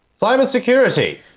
Cybersecurity